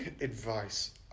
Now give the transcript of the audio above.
Advice